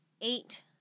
eight